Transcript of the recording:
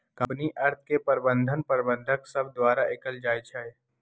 company अर्थ के प्रबंधन प्रबंधक सभ द्वारा कएल जाइ छइ